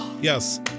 Yes